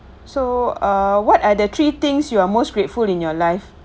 so uh what are the three things you are most grateful in your life